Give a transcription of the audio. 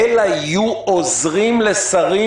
אלא יהיו עוזרים לשרים,